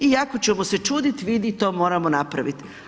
I jako ćemo se čudit, vidi to moramo napravit.